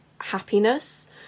happiness